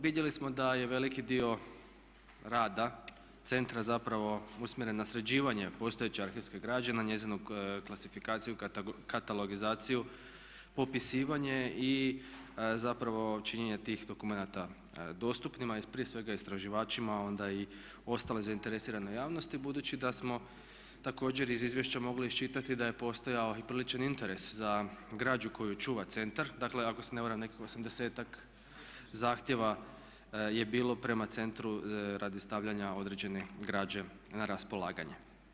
Vidjeli smo da je veliki dio rada centra zapravo usmjeren na sređivanje postojeće arhivske građe na njezinu klasifikaciju, katalogizaciju, popisivanje i zapravo činjenje tih dokumenata dostupnima, prije svega istraživačima onda i ostaloj zainteresiranoj javnosti budući da smo također iz izvješća mogli iščitati da je postojao i priličan interes za građu koju čuva centar, dakle ako se ne varam nekakvih 80-ak zahtjeva je bilo prema centru radi stavljanja određene građe na raspolaganje.